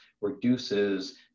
reduces